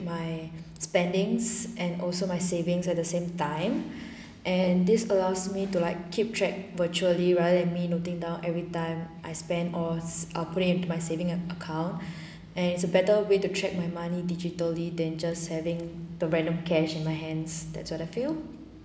my spendings and also my savings at the same time and this allows me to like keep track virtually rather than me noting down every time I spent or ah putting into my saving account and it's a better way to track my money digitally than just having the random cash on my hands that's what I feel